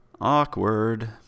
Awkward